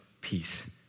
Peace